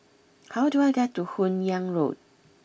how do I get to Hun Yeang Road